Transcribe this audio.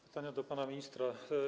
Pytania do pana ministra.